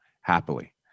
happily